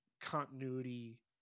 continuity